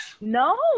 No